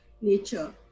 nature